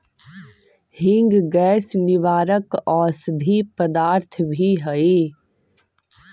हींग गैस निवारक औषधि पदार्थ भी हई